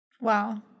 Wow